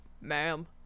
ma'am